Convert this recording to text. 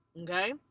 okay